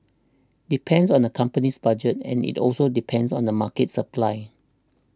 depend on the company's budget and it also depends on the market supply